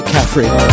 Catherine